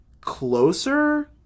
closer